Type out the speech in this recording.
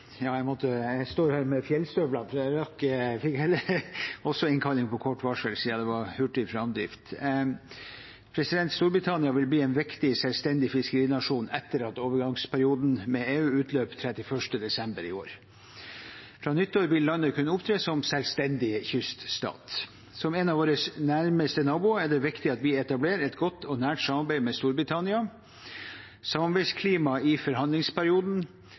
Jeg står her med fjellstøvler, for jeg fikk også innkalling på kort varsel siden det var hurtig framdrift. Storbritannia vil bli en viktig, selvstendig fiskerinasjon etter at overgangsperioden med EU utløper den 31. desember i år. Fra nyttår vil landet kunne opptre som selvstendig kyststat. Siden de er en av våre nærmeste naboer, er det viktig at vi etablerer et godt og nært samarbeid med Storbritannia. Samarbeidsklimaet i forhandlingsperioden,